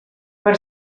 per